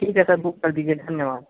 ठीक है sir book कर दीजिए धन्यवाद